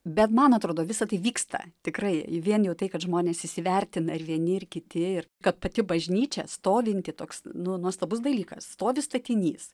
bet man atrodo visa tai vyksta tikrai vien jau tai kad žmonės įvertina ir vieni ir kiti ir kad pati bažnyčia stovinti toks nu nuostabus dalykas stovi statinys